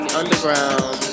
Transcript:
underground